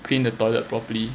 clean the toilet properly